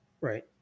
Right